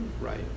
right